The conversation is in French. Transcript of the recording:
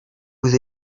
vous